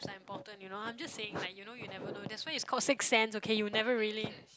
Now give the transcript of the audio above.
is like important you know I'm just saying like you know you never know that's why is called six sense okay you never really